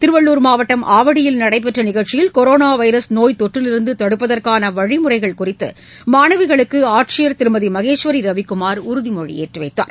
திருவள்ளுர் மாவட்டம் ஆவடியில் நடைபெற்ற நிகழ்ச்சியில் கொரோனா வைரஸ் நோய் தொற்றிலிருந்து தடுப்பதற்கான வழிமுறைகள் குறித்து மாணவிகளுக்கு ஆட்சியர் திருமதி மகேஸ்வரி ரவிக்குமார் உறுதிமொழி செய்துவைத்தார்